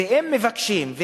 והם מבקשים,